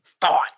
thought